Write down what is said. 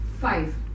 five